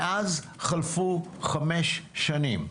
מאז חלפו חמש שנים.